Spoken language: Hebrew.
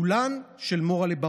כולן של מורל'ה בר-און.